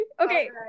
Okay